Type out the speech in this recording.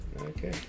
Okay